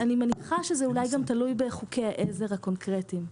אני מניח שזה אולי גם תלוי בחוקי העזר הקונקרטיים.